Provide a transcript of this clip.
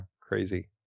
crazy